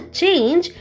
change